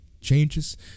changes